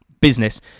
business